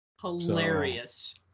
Hilarious